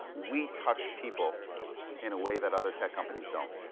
we touch people in a way that other tech companies don't.